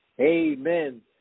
amen